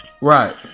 Right